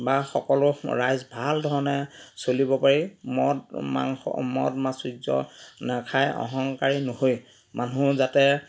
বা সকলো ৰাইজ ভাল ধৰণে চলিব পাৰি মদ মাংস মদ মাছ নাখাই অহংকাৰী নহৈ মানুহ যাতে